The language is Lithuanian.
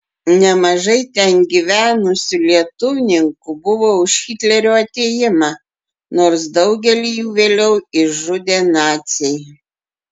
nemažai ten gyvenusių lietuvninkų buvo už hitlerio atėjimą nors daugelį jų vėliau išžudė naciai